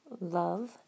Love